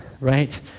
right